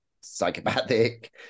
psychopathic